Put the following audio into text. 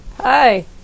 Hi